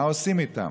מה עושים איתם?